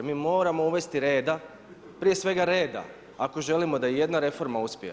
Mi moramo uvesti reda, prije svega reda ako želimo da ijedna reforma uspije.